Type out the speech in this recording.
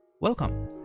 welcome